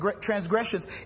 transgressions